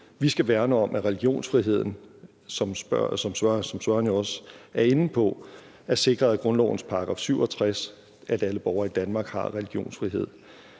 vi skal værne om, er religionsfriheden, som spørgeren jo også er inde på, altså at sikre, at grundlovens § 67, der fastslår, at alle borgere i Danmark har religionsfrihed,